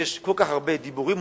כשיש כל כך הרבה דיבורים,